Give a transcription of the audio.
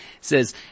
says